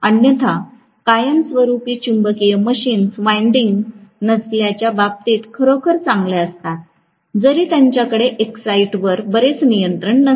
अन्यथा कायमस्वरुपी चुंबकीय मशीन्स वाईन्डीन्ग नसल्याच्या बाबतीत खरोखरच चांगल्या असतात जरी त्यांच्याकडे एक्ससाईट वर बरेच नियंत्रण नसते